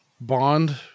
bond